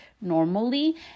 normally